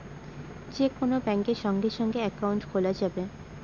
যে কোন ব্যাঙ্কে সঙ্গে সঙ্গে একাউন্ট খোলা যাবে